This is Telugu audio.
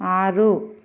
ఆరు